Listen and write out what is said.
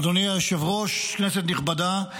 אדוני היושב-ראש, כנסת נכבדה,